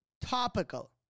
Topical